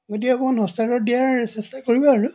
গতিকে অকণমান সস্তাতে দিয়াৰ চেষ্টা কৰিবা আৰু